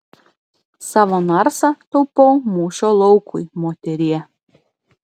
savo narsą taupau mūšio laukui moterie